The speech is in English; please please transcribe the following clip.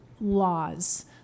laws